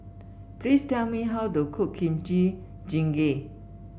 please tell me how to cook Kimchi Jjigae